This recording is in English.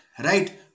right